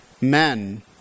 men